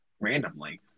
randomly